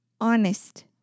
Honest